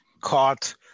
caught